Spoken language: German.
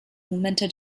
momente